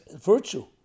virtue